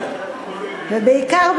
ובעיקר,